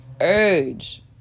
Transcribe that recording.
urge